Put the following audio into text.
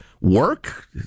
work